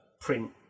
print